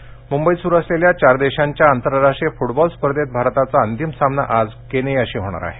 football Mumbai इथं सुरू असलेल्या चार देशांच्या आंतरराष्ट्रीय फुटबॉल स्पर्धेत भारताचा अंतिम सामना आज केनियाशी होणार आहे